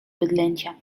bydlęcia